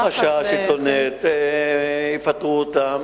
חשש של המתלוננת שיפטרו אותה,